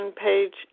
page